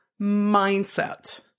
mindset